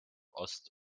ost